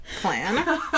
plan